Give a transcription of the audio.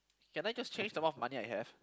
can I just change the amount of money I have